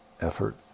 effort